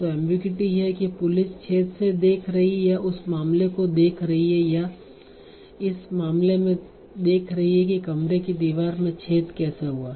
तो एमबीगुइटी यह है कि पुलिस छेद से देख रही या उस मामले को देख रही है या इस मामले में देख रही है कि कमरे की दीवार में छेद कैसे हुआ